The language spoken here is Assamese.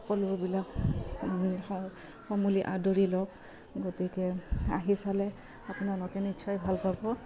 সকলোবিলাক সমুলি আদৰি লওক গতিকে আহি চালে আপোনালোকে নিশ্চয় ভাল পাব